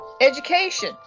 Education